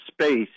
space